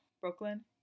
Brooklyn